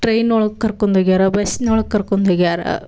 train ಒಳಗೆ ಕರ್ಕೊಂಡ್ ಹೋಗ್ಯಾರ ಬಸ್ನೊಳ್ಗೆ ಕರ್ಕೊಂಡ್ ಹೋಗ್ಯಾರ